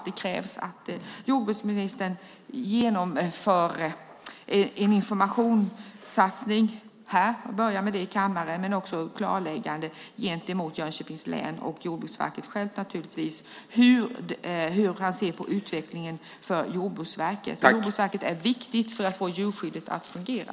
Det krävs att jordbruksministern genomför en informationssatsning här och börjar med det i kammaren, och det krävs ett klarläggande gentemot Jönköpings län och Jordbruksverket om hur han ser på verkets utveckling. Jordbruksverket är viktigt för att få djurskyddet att fungera.